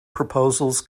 proposals